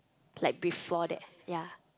like before that ya